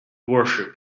worship